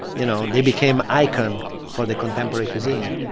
you know, they became icon for the contemporary cuisine.